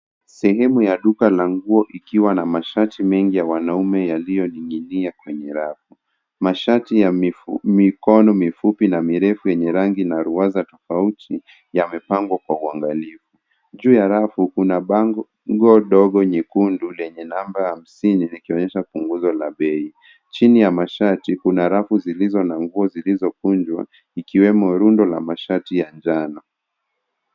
Sehemu ya duka la nguo ikiwa na mashati mengi ya wanaume yaliyoning'inia kwenye rafu. Mashati ya mikono mifupi na mirefu yenye rangi ruaza tofauti yamepangwa kwa uangalifu. Juu ya rafu, kuna bango ndogo nyekundu lenye namba hamsini likionyesha punguzo la bei. Chini ya mashati kuna rafu zilizo na nguo zilizokunjwa ikiwemo rundo la mashati ya njano.